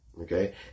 Okay